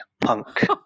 punk